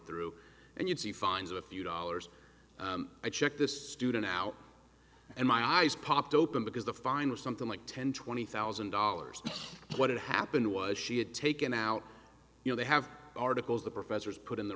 through and you'd see fines of a few dollars i checked this student out and my eyes popped open because the fine was something like ten twenty thousand dollars what had happened was she had taken out you know they have articles the professors put in the